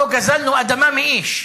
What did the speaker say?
לא גזלנו אדמה מאיש.